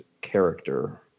character